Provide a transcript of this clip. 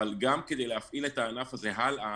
אבל גם כדי להפעיל את הענף הזה הלאה,